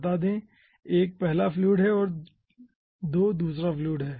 बता दें कि 1 पहला फ्लूइड है और 2 दूसरा फ्लूइड है